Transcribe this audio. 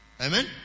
Amen